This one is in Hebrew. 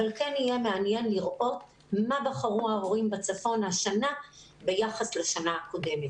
אבל כן יהיה מעניין לראות מה בחרו ההורים בצפון השנה ביחס לשנה הקודמת.